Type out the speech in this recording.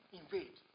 invade